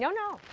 no, no.